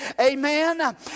Amen